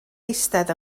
eistedd